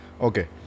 Okay